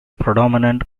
predominant